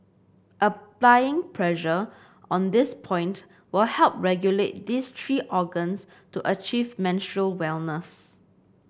applying pressure on this point will help regulate these three organs to achieve menstrual wellness